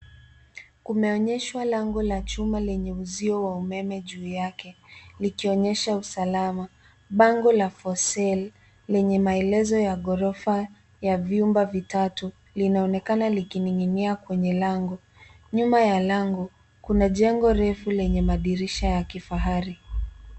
Kumeonyeshwa lango la chuma lenye uzio wa umeme juu yake, likionyesha usalama. Bango la for sale lenye maelezo ya ghorofa ya vyumba vitatu, linaonekana likining'inia kwenye lango. Nyuma ya lango, kuna jengo refu leye madirisha ya kifahari.